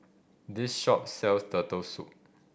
this shop sells Turtle Soup